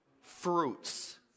fruits